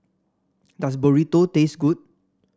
does Burrito taste good